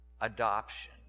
Adoption